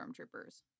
Stormtroopers